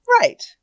Right